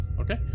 Okay